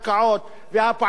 והפועלים בנגב?